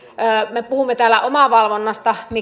me puhumme täällä omavalvonnasta